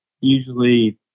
usually